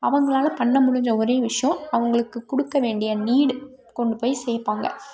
அவங்களால் பண்ணமுடிஞ்ச ஒரே விஷயம் அவர்களுக்கு கொடுக்கவேண்டிய நீட் கொண்டுப்போய் சேர்ப்பாங்க